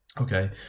Okay